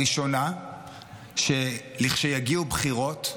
הראשונה, לכשיגיעו בחירות,